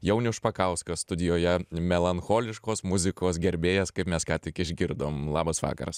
jaunius špakauskas studijoje melancholiškos muzikos gerbėjas kaip mes ką tik išgirdom labas vakaras